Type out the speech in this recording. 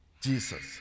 Jesus